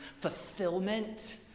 fulfillment